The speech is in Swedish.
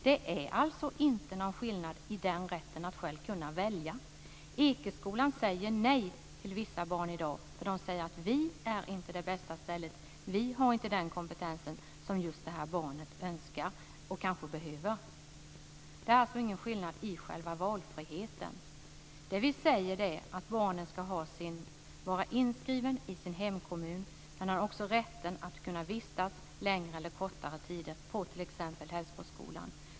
Det är alltså inte någon skillnad i rätten att själv kunna välja. Ekeskolan säger i dag nej till vissa barn. Den kan säga att den inte är det bästa stället och inte har den kompetens som just det här barnet önskar och kanske behöver. Det är alltså inte någon skillnad i själva valfriheten. Vi säger att barnet ska vara inskrivet i sin hemkommun. Det har också rätten att kunna vistas längre eller kortare tider på t.ex. Hällsboskolan.